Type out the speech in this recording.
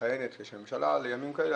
כשיש ממשלה מכהנת, לימים כאלה.